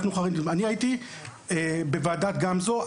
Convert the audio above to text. אני הייתי בוועדת גמזו.